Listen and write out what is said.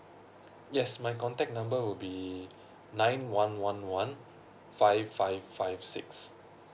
yes my contact number would be nine one one one five five five six